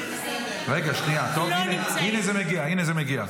הינה זה מגיע.